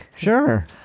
Sure